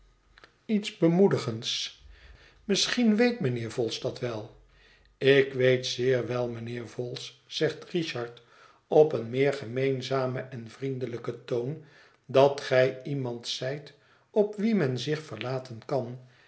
iets bemoedigends misschien weet mijnheer vholes dat wel ik weet zeer wel mijnheer vholes zegt richard op een meer gemeenzamen en vriendelijken toon dat gij iemand zijt op wien men zich verlaten kan